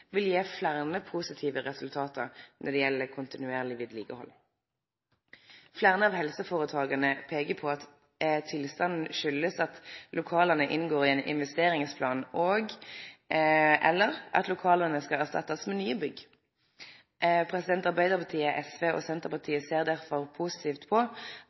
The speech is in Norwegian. vil gje fleire positive resultat når det gjeld kontinuerleg vedlikehald. Fleire av helseføretaka peiker på at tilstanden kjem av at lokala inngår i ein investeringsplan og/eller at lokala skal bli erstatta med nye bygg. Arbeidarpartiet, SV og Senterpartiet ser derfor positivt på